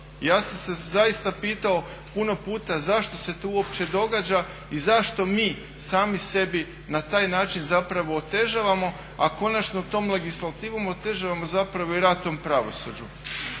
Ja sam se zaista pitao puno puta zašto se to uopće događa i zašto mi sami sebi na taj način zapravo otežavamo. A konačno, tom legislativom otežavamo zapravo i rad tom pravosuđu.